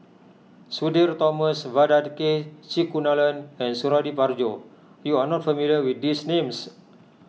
Sudhir Thomas Vadaketh C Kunalan and Suradi Parjo you are not familiar with these names